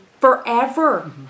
forever